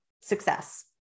success